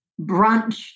brunch